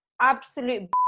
absolute